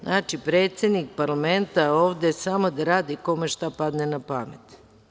Znači, predsednik parlamenta je ovde da radi samo kome šta padne na pamet.